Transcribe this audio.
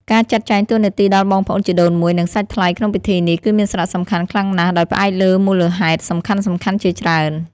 ការចាត់ចែងតួនាទីដល់បងប្អូនជីដូនមួយ និងសាច់ថ្លៃក្នុងពិធីនេះ គឺមានសារៈសំខាន់ខ្លាំងណាស់ ដោយផ្អែកលើមូលហេតុសំខាន់ៗជាច្រើន។